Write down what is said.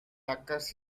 occurs